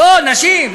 נשים.